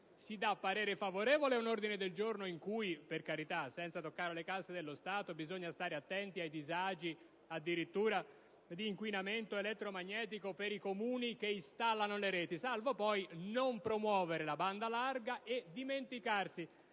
si dà parere favorevole ad un ordine del giorno in cui si prevede che - per carità, senza toccare le casse dello Stato - bisogna stare attenti ai disagi derivanti addirittura dall'inquinamento elettromagnetico per i Comuni che installano le reti, salvo poi non promuovere la banda larga e dimenticarsi